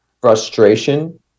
frustration